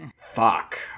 Fuck